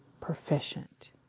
proficient